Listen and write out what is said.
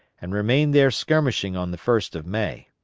and remained there skirmishing on the first of may.